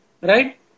right